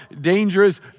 dangerous